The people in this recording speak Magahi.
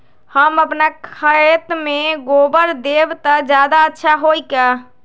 हम अपना खेत में गोबर देब त ज्यादा अच्छा होई का?